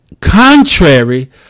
contrary